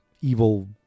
evil